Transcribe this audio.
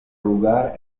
lugar